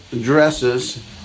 dresses